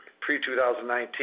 pre-2019